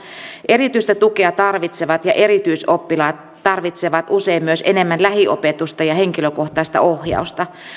erityistä tukea tarvitsevat ja erityisoppilaat tarvitsevat usein myös enemmän lähiopetusta ja henkilökohtaista ohjausta